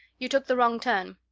you took the wrong turn.